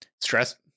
stress